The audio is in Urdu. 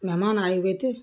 مہمان آئے ہوئے تھے